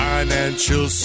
Financial